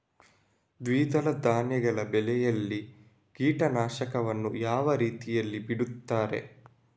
ದ್ವಿದಳ ಧಾನ್ಯಗಳ ಬೆಳೆಯಲ್ಲಿ ಕೀಟನಾಶಕವನ್ನು ಯಾವ ರೀತಿಯಲ್ಲಿ ಬಿಡ್ತಾರೆ?